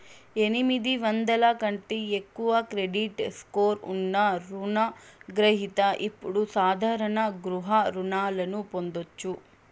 ఎనిమిది వందల కంటే ఎక్కువ క్రెడిట్ స్కోర్ ఉన్న రుణ గ్రహిత ఇప్పుడు సాధారణ గృహ రుణాలను పొందొచ్చు